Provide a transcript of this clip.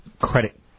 credit